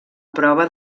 prova